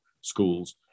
schools